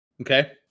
Okay